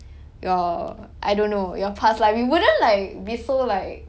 your I don't know your past like you wouldn't like be so like